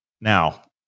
Now